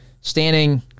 standing